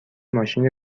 ماشین